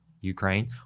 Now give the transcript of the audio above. Ukraine